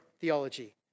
theology